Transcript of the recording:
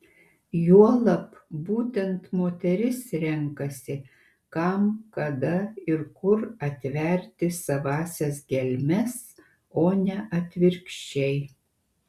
juolab būtent moteris renkasi kam kada ir kur atverti savąsias gelmes o ne atvirkščiai